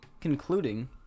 concluding